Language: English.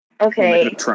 Okay